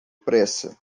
pressa